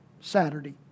Saturday